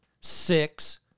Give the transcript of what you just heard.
six